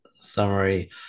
summary